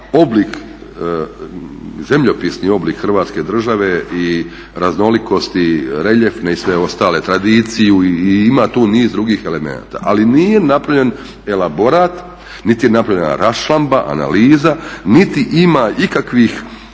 oblik, zemljopisni oblik Hrvatske države i raznolikosti reljefne i sve ostale, tradiciju i ima tu niz drugih elemenata. Ali nije napravljen elaborat, niti je napravljena raščlamba, analiza. Niti ima ikakvih